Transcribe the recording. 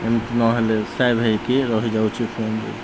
ଏମିତି ନହେଲେ ସେଭ୍ ହେଇକି ରହିଯାଉଛି ଫୋନରେ